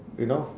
you know